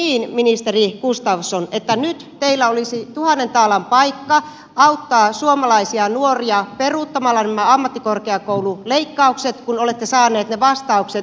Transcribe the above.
eikö niin ministeri gustafsson että nyt teillä olisi tuhannen taalan paikka auttaa suomalaisia nuoria peruuttamalla nämä ammattikorkeakoululeikkaukset kun olette saaneet ne vastaukset